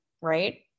right